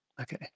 okay